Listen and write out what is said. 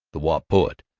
the wop poet.